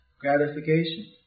gratification